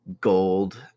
gold